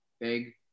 big